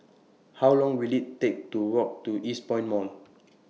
How Long Will IT Take to Walk to Eastpoint Mall